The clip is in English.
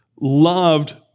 loved